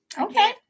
Okay